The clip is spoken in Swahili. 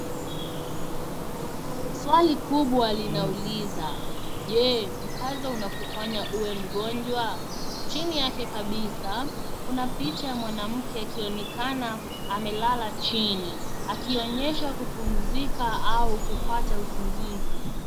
Swali kubwa linauliza je, mkazo unakufanya uwe mgonjwa? Chini yake kabisa, kuna picha ya manamke akionekana amelala chini akionyesha kupumzika au kupata usingizi.